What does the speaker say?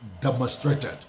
demonstrated